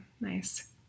nice